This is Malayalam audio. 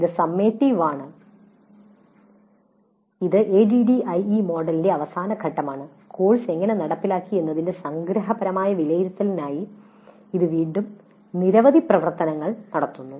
ഇത് സമ്മേറ്റിവ് ആണ് ഇത് ADDIE മോഡലിന്റെ അവസാന ഘട്ടമാണ് കോഴ്സ് എങ്ങനെ നടപ്പാക്കി എന്നതിന്റെ സംഗ്രഹപരമായ വിലയിരുത്തലിനായി ഇത് വീണ്ടും നിരവധി പ്രവർത്തനങ്ങൾ നടത്തുന്നു